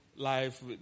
life